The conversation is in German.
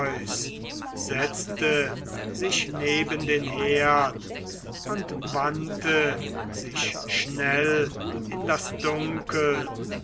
setzte sich neben den herd und wandte sich schnell in das dunkel